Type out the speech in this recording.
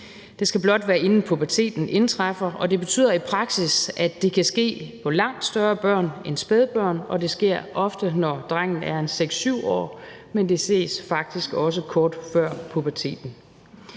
Det skal blot være, inden puberteten indtræffer, og det betyder i praksis, at det kan ske på langt større børn end spædbørn, og det sker ofte, når drengen er en 6-7 år, men det ses faktisk også kort før puberteten.